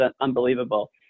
unbelievable